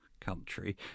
country